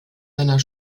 seiner